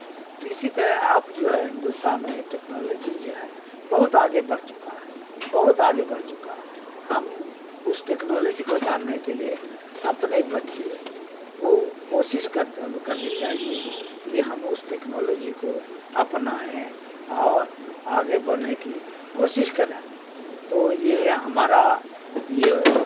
اسی طرح اب جو ہے ہندوستان میں ٹیکنالوجی جو ہے بہت آگے بڑھ چکا ہے بہت آگے بڑھ چکا ہے ہم اس ٹیکنالوجی کو جاننے کے لیے اپنے بچے کو کوشش کرتے کرنی چاہیے کہ ہم اس ٹیکنالوجی کو اپنائیں اور آگے بڑھنے کی کوشش کریں تو یہ ہمارا یہ